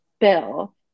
bill